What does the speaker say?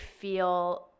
feel